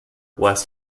west